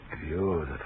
beautiful